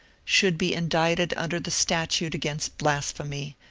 should be indicted under the statute against blasphemy,